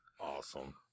awesome